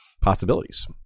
possibilities